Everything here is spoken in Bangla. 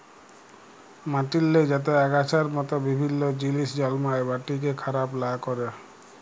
মাটিল্লে যাতে আগাছার মত বিভিল্ল্য জিলিস জল্মায় মাটিকে খারাপ লা ক্যরে